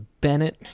Bennett